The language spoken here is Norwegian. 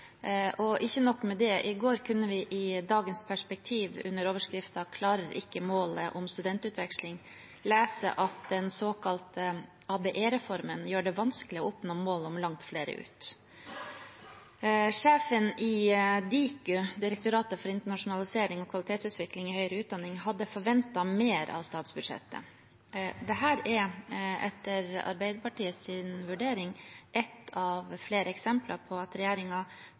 Ikke nok med det: I går kunne vi i Dagens Perspektiv, under overskriften «Klarer ikke målet om studentutveksling», lese at den såkalte ABE-reformen gjør det vanskelig å oppnå målet om at langt flere skal reise ut. Sjefen i Diku, Direktoratet for internasjonalisering og kvalitetsutvikling i høyere utdanning, hadde forventet mer av statsbudsjettet. Dette er etter Arbeiderpartiets vurdering ett av flere eksempler på at